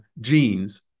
genes